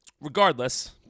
regardless